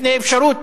בפני אפשרות